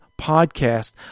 podcast